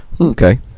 okay